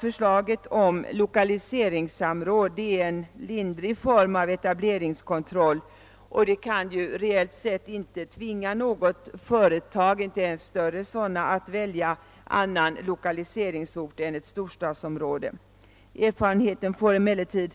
Förslaget om lokaliseringssamråd är en lindrig form av etableringskontroll, som reellt sett inte kan tvinga några företag, inte ens större sådana, att välja annan lokaliseringsort än ett storstadsområde. Erfarenheten får emellertid